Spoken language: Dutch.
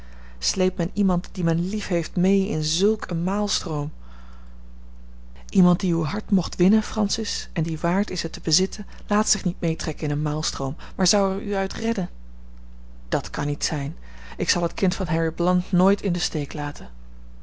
sleept men iemand dien men lief heeft mee in zulk een maalstroom iemand die uw hart mocht winnen francis en die waard is het te bezitten laat zich niet meetrekken in een maalstroom maar zou er u uit redden dat kan niet zijn ik zal het kind van harry blount nooit in den steek laten